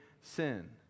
sin